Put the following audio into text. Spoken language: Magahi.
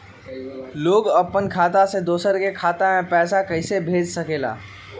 लोग अपन खाता से दोसर के खाता में पैसा कइसे भेज सकेला?